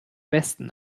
westen